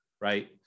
right